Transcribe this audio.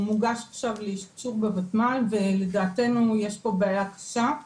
הוא מוגש עכשיו לאישור בוותמ"ל ולדעתנו יש פה בעיה קשה.